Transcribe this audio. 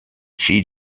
she